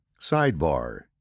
Sidebar